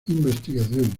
investigación